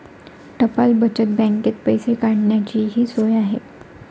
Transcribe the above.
टपाल बचत बँकेत पैसे काढण्याचीही सोय आहे